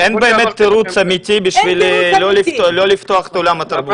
אין באמת תירוץ אמיתי לא לפתוח את עולם התרבות.